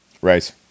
Right